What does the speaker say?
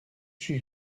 she